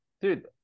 dude